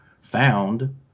found